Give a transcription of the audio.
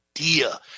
idea